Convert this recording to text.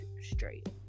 straight